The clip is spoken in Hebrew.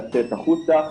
לצאת החוצה,